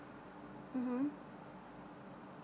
mmhmm